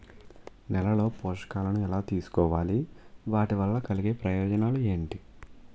నేలలో పోషకాలను ఎలా తెలుసుకోవాలి? వాటి వల్ల కలిగే ప్రయోజనాలు ఏంటి?